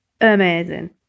amazing